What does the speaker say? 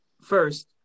First